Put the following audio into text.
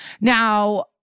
Now